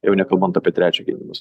jau nekalbant apie trečią gynybos